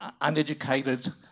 uneducated